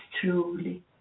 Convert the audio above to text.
truly